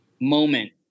moment